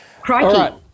Crikey